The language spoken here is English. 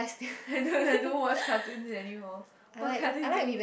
I don't I don't watch cartoon anymore what cartoon do you